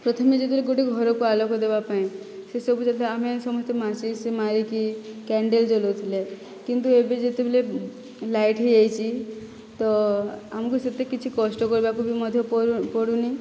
ପ୍ରଥମେ ଯେତେବେଳେ ଗୋଟିଏ ଘରକୁ ଆଲୋକ ଦେବା ପାଇଁ ସେସବୁ ଯଦି ଆମେ ସମସ୍ତେ ମାଚିସ୍ ମାରିକି କ୍ୟାଣ୍ଡେଲ୍ ଜଲଉଥିଲେ କିନ୍ତୁ ଏବେ ଯେତେବେଳେ ଲାଇଟ ହୋଇଯାଇଛି ତ ଆମକୁ ସେତେ କିଛି କଷ୍ଟ କରିବାକୁ ବି ମଧ୍ୟ ପଡ଼ୁନି